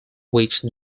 which